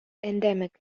endemic